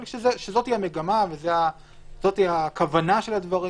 אבל שזאת תהיה המגמה וזאת הכוונה של הדברים